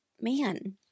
man